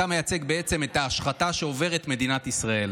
אתה מייצג בעצם את ההשחתה שעוברת מדינת ישראל.